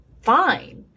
fine